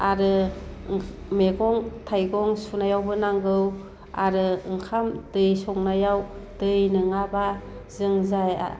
आरो मैगं थाइगं सुनायावबो नांगौ आरो ओंखाम दै संनायाव दै नोङाब्ला जों जाया